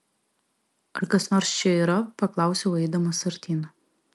ar kas nors čia yra paklausiau eidamas artyn